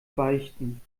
beichten